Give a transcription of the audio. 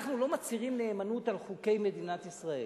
אנחנו לא מצהירים נאמנות על חוקי מדינת ישראל,